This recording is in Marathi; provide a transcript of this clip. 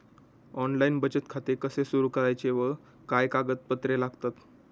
ऑनलाइन बचत खाते कसे सुरू करायचे व काय कागदपत्रे लागतात?